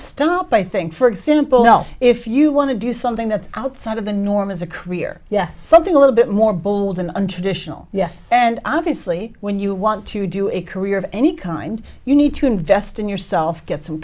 stop i think for example if you want to do something that's outside of the norm as a career yes something a little bit more bold an untraditional yes and obviously when you want to do a career of any kind you need to invest in yourself get some